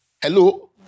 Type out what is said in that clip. Hello